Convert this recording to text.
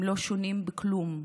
הם לא שונים בכלום,